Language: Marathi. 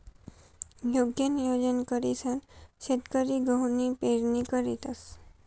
योग्य नियोजन करीसन शेतकरी गहूनी पेरणी करतंस